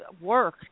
work